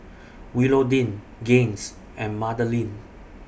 Willodean Gaines and Madalynn